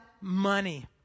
money